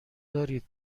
دارید